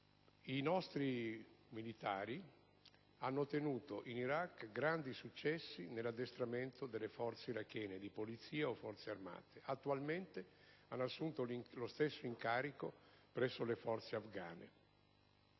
I nostri militari hanno ottenuto in Iraq grandi successi nell'addestramento delle Forze armate e di polizia. Attualmente hanno assunto lo stesso incarico presso le forze afgane.